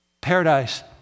paradise